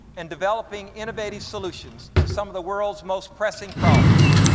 and developing innovative solutions, to some of the world's most pressing problems.